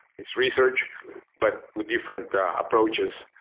it's research but with different approaches.